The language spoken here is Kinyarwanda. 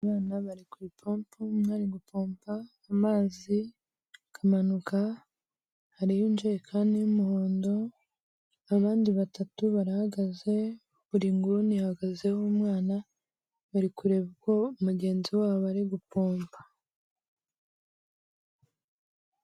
Abana bari ku ipompo umwe ari gupompa amazi akamanuka, hariho injekani y'umuhondo abandi batatu barahagaze, buri nguni ihagazeho umwana bari kureba uko mugenzi wabo ari gupompa.